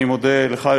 אני מודה לך,